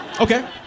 Okay